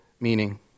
meaning